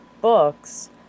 books